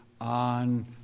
on